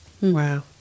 Wow